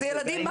אז ילדים,